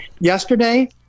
yesterday